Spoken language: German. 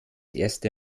erste